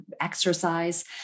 exercise